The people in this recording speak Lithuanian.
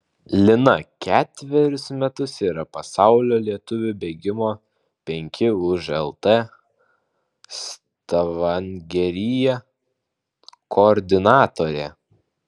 lina ketverius metus yra pasaulinio lietuvių bėgimo penki už lt stavangeryje koordinatorė